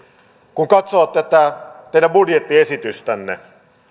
kun katsoo tätä teidän budjettiesitystänne